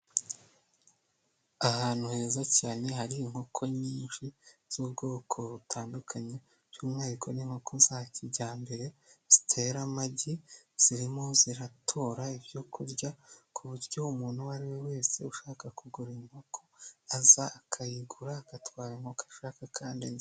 Ahantu heza cyane hari inkoko nyinshi z'ubwoko butandukanye by'umwihariko n'inkoko za kijyambere zitera amagi, zirimo ziratora ibyo kurya, ku buryo umuntu uwo ari we wese ushaka kugura inkoko aza akayigura agatwara inkoko ashaka kandi nziza.